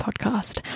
Podcast